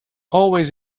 always